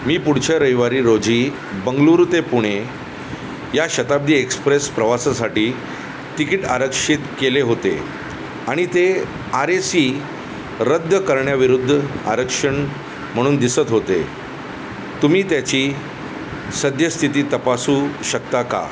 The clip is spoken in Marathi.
मी पुढच्या रविवारी रोजी बंगळुरू ते पुणे या शताब्दी एक्सप्रेस प्रवासासाठी तिकीट आरक्षित केले होते आणि ते आर ए सी रद्द करण्याविरुद्ध आरक्षण म्हणून दिसत होते तुम्ही त्याची सद्यस्थिती तपासू शकता का